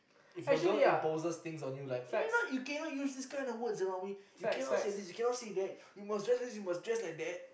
if your girl imposes things on you like oh you know what you cannot use these kind of words around me you cannot say this you cannot say that you must dress this you must dress like that